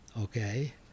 okay